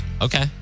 Okay